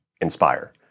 inspire